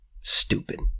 Stupid